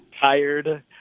tired